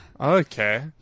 Okay